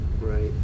Right